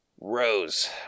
Rose